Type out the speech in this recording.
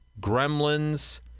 Gremlins